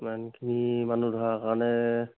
ইমানখিনি মানুহ ধৰাৰ কাৰণে